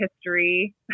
history